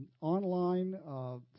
online